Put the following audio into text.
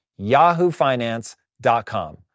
yahoofinance.com